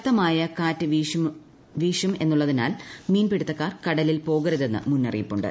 ശക്തമായ ്കാറ്റ് വീശുമെന്നുള്ളതിനാൽ മീൻപിടുത്തക്കാർ കടലിൽ പോകരുതെന്ന് മുന്നറിയിപ്പുണ്ട്